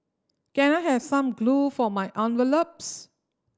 can I have some glue for my envelopes